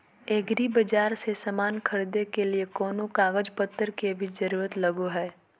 एग्रीबाजार से समान खरीदे के लिए कोनो कागज पतर के भी जरूरत लगो है?